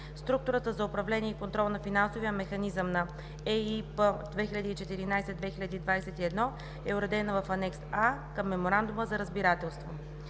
Структурата за управление и контрол на Финансовия механизъм на ЕИП 2014 – 2021 е уредена в Анекс А към Меморандума за разбирателство.